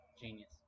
Genius